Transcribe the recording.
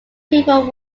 people